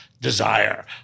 desire